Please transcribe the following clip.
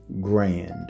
grand